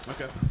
Okay